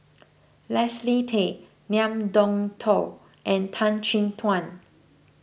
Leslie Tay Ngiam Tong Dow and Tan Chin Tuan